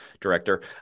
director